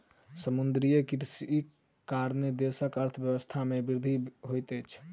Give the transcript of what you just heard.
समुद्रीय कृषिक कारणेँ देशक अर्थव्यवस्था के वृद्धि होइत अछि